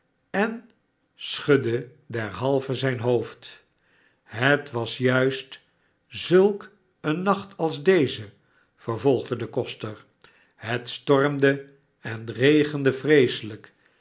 en schudde derhalve zijn hoofd het was juist zulk een nacht als deze vervolgde de koster het stormde en regende vreeselijk